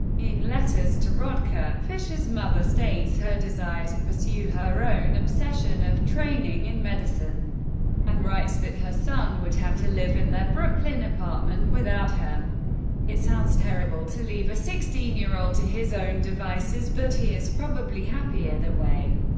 in letters to rodker, fischer's mother states her desire to pursue her own obsession of training in medicine and writes that her son would have to live in their brooklyn apartment without her it sounds terrible to leave a sixteen year old to his own devices, but he is probably happier that way.